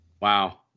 wow